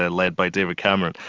ah led by david cameron,